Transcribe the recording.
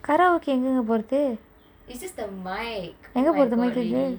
karaoke கு எங்கங்க போரது எங்க போரது:ku enganga porathu enga porathu mic குக்கு:kuku